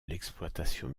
l’exploitation